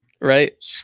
Right